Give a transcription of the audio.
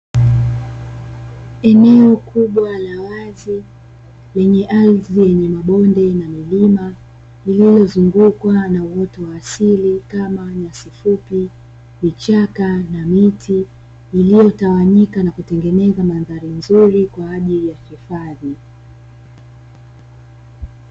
Eneo kubwa la wazi lenye ardhi yenye mabonde na milima, lililozungukwa na uoto wa asili kama nyasi fupi, vichaka na miti, iliyotawanyika na kutengeneza mandhari nzuri kwa ajili ya hifadhi.